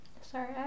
Sorry